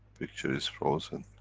picture is frozen.